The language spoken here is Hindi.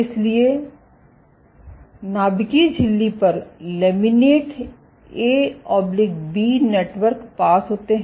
इसलिए नाभिकीय झिल्ली पर लैमिनेट एबी नेटवर्क पास होते है